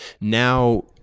now